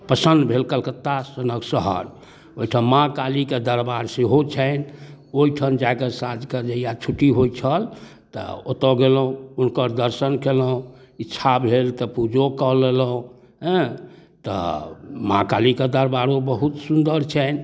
पसन्द भेल कलकत्ता सनक शहर ओहिठाम माँ कालीके दरबार सेहो छनि ओहिठाम जाकऽ साँझके जहिआ छुट्टी होइ छल तऽ ओतऽ गेलहुँ हुनकर दर्शन केलहुँ इच्छा भेल तऽ पूजोकऽ लेलहुँ हँ तऽ माँ कालीके दरबारो बहुत सुन्दर छनि